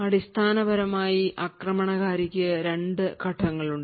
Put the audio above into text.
അടിസ്ഥാനപരമായി ആക്രമണകാരിക്ക് 2 ഘട്ടങ്ങളുണ്ട്